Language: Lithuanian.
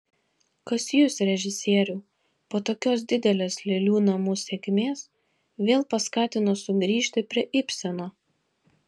kas jus režisieriau po tokios didelės lėlių namų sėkmės vėl paskatino sugrįžti prie ibseno